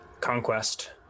Conquest